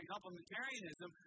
Complementarianism